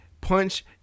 punch